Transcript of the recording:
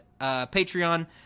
Patreon